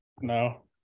No